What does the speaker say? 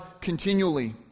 continually